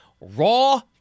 raw